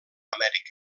amèrica